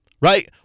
right